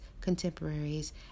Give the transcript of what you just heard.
contemporaries